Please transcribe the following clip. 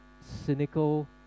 cynical